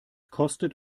kostet